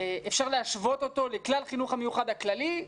אפשר להשוות אותו לכלל החינוך המיוחד הכללי?